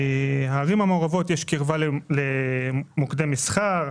בערים המעורבות יש קרבה למוקדי מסחר,